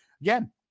again